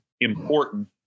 important